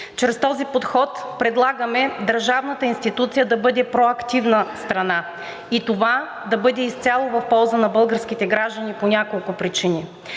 Чрез този подход предлагаме държавната институция да бъде проактивна страна и това да бъде изцяло в полза на българските граждани по няколко причини.